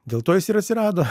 dėl to jis ir atsirado